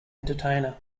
entertainer